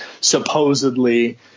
supposedly